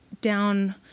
down